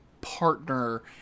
partner